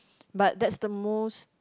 but that's the most